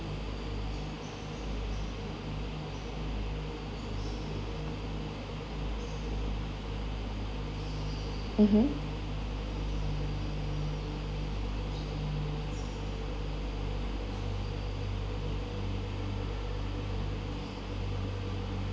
mmhmm